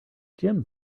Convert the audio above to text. jim